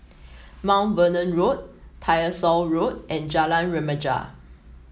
Mount Vernon Road Tyersall Road and Jalan Remaja